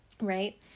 right